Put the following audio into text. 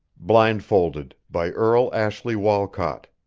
blindfolded by earle ashley walcott